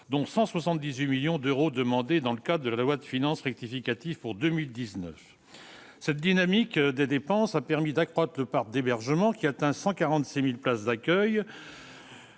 dont 178 millions d'euros demandés dans le cas de la loi de finances rectificatif pour 2019 cette dynamique des dépenses a permis d'accroître le parc d'hébergement qui atteint 146000 places d'accueil,